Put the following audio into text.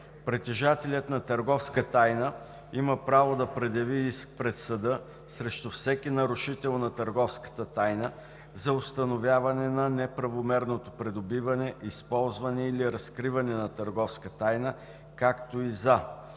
Притежателят на търговска тайна има право да предяви иск пред съда срещу всеки нарушител на търговската тайна за установяване на неправомерното придобиване, използване или разкриване на търговска тайна, както и за: